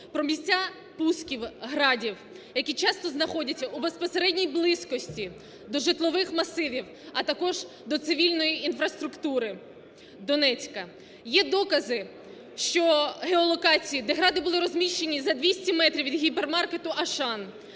про місця пусків "Градів", які часто знаходяться у безпосередній близькості до житлових масивів, а також до цивільної інфраструктури Донецька. Є докази, що геолокації, де "Гради" були розміщені за 200 метрів від гіпермаркету "Ашан",